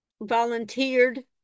volunteered